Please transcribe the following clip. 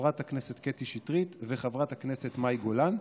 חברת הכנסת קטי שטרית וחברת הכנסת מאי גולן,